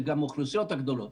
גם האוכלוסיות הגדולות.